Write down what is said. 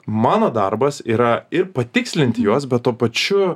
mano darbas yra ir patikslinti juos bet tuo pačiu